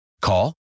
Call